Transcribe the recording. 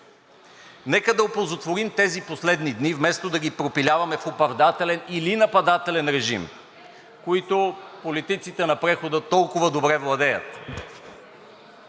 Нека да оползотворим тези последни дни, вместо да ги пропиляваме в оправдателен или нападателен режим, който политиците на прехода толкова добре владеят.